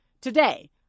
Today